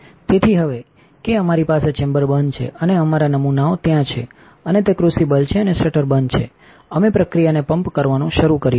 તેથી હવે કે અમારી પાસેચેમ્બરબંધ છેઅને અમારા નમૂનાઓ ત્યાં છે અને તે ક્રુસિબલ છે અને શટરબંધ છે અમે પ્રક્રિયાને પંપ કરવાનું શરૂ કરી શકીએ છીએ